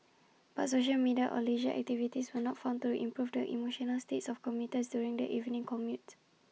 but social media or leisure activities were not found to improve the emotional states of commuters during the evening commute